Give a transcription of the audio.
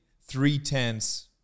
three-tenths